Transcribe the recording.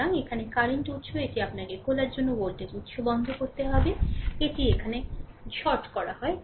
সুতরাং এখানে কারেন্ট উৎস এটি আপনাকে খোলার জন্য ভোল্টেজ উৎস বন্ধ করতে হবে এটি এখানে short করা হয়